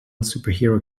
superhero